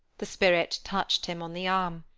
the spirit touched him on the arm,